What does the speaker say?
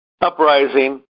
uprising